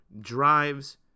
drives